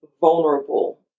vulnerable